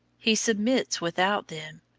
he submits without them.